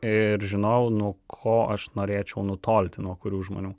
ir žinojau nuo ko aš norėčiau nutolti nuo kurių žmonių